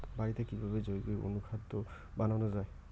বাড়িতে কিভাবে জৈবিক অনুখাদ্য বানানো যায়?